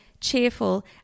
cheerful